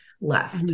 left